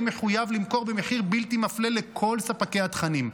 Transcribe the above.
הוא יהיה מחויב לנקוב במחיר בלתי מפלה לכל ספקי התכנים.